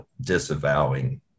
disavowing